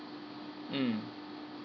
mm